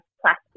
plastic